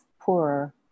poorer